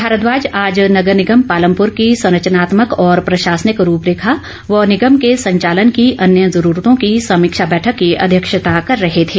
भारद्वाज आज नगर निगम पालमपुर की संरचानात्मक और प्रशासनिक रूपरेखा व निगम के संचालन की अन्य जरूरतों की समीक्षा बैठक की अध्यक्षता कर रहे थे